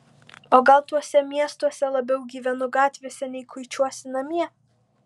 o gal tuose miestuose labiau gyvenu gatvėse nei kuičiuosi namie